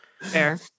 Fair